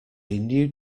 new